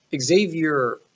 Xavier